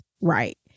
Right